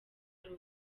ari